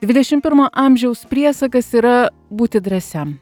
dvidešimt pirmo amžiaus priesakas yra būti drąsiam